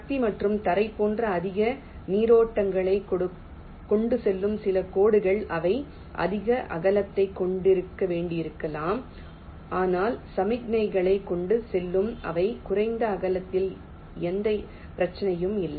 சக்தி மற்றும் தரை போன்ற அதிக நீரோட்டங்களைக் கொண்டு செல்லும் சில கோடுகள் அவை அதிக அகலத்தைக் கொண்டிருக்க வேண்டியிருக்கலாம் ஆனால் சமிக்ஞைகளைக் கொண்டு செல்லும் அவை குறைந்த அகலத்தில் எந்த பிரச்சனையும் இல்லை